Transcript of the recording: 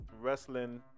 wrestling